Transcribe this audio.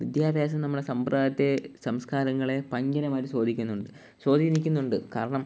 വിദ്യാഭ്യാസം നമ്മളെ സമ്പ്രദായത്തെ സംസ്കാരങ്ങളെ ഭയങ്കരമായിട്ട് സ്വാധീനിക്കുന്നുണ്ട് സ്വാധീനിക്കുന്നുണ്ട് കാരണം